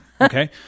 Okay